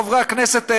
חברי הכנסת,